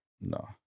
No